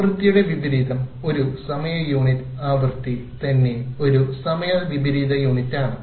ആവൃത്തിയുടെ വിപരീതം ഒരു സമയ യൂണിറ്റ് ആവൃത്തി തന്നെ ഒരു സമയ വിപരീത യൂണിറ്റ് ആണ്